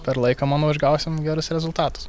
per laiką manau išgausim gerus rezultatus